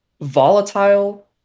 volatile